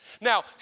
Now